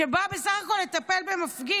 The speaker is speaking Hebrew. כשהיא באה בסך הכול לטפל במפגין?